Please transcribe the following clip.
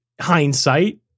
hindsight